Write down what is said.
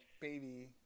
baby